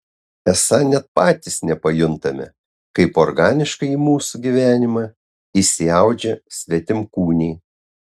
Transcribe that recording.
esą net patys nepajuntame kaip organiškai į mūsų gyvenimą įsiaudžia svetimkūniai